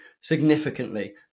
significantly